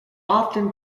often